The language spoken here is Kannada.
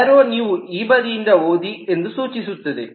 ಏರೋ ನೀವು ಈ ಬದಿಯಿಂದ ಓದಿ ಎಂದು ಸೂಚಿಸುತ್ತದೆ